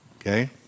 okay